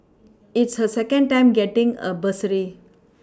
it's her second time getting a bursary